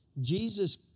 Jesus